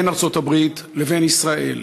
בין ארצות-הברית לבין ישראל.